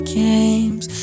games